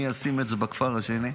אני אשים את זה בכפר השני?